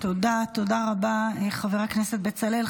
תודה רבה, חבר הכנסת בצלאל.